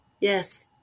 Yes